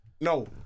no